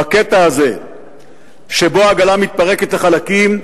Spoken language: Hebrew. בקטע הזה שבו העגלה מתפרקת לחלקים,